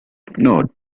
note